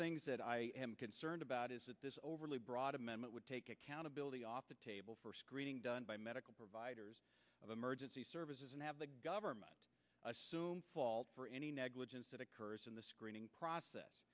things that i am concerned about is that this overly broad amendment would take accountability off the table for screening done by medical providers of emergency services and have the government assume fault for any negligence that occurs in the screening process